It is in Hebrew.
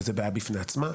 וזו בעיה בפני עצמה.